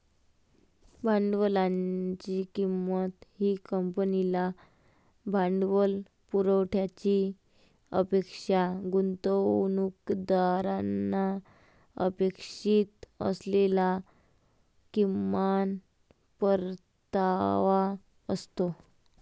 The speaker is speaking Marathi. भांडवलाची किंमत ही कंपनीला भांडवल पुरवण्याची अपेक्षा गुंतवणूकदारांना अपेक्षित असलेला किमान परतावा असतो